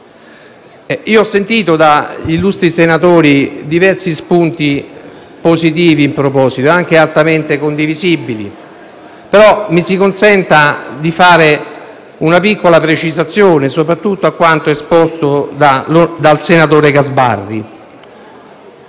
Ho sentito dagli illustri senatori diversi spunti positivi in proposito, anche altamente condivisibili. Mi si consenta, però, di fare una piccola precisazione, soprattutto rispetto a quanto esposto dal senatore Gasparri.